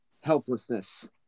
helplessness